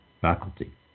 faculty